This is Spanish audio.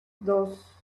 dos